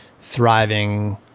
thriving